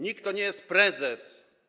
NIK to nie jest prezes.